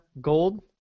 Gold